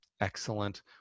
excellent